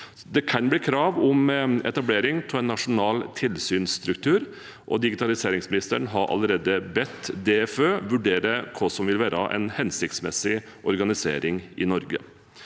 Det kan bli krav om etablering av en nasjonal tilsynsstruktur. Digitaliseringsministeren har allerede bedt DFØ vurdere hva som vil være en hensiktsmessig organisering i Norge.